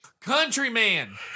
Countryman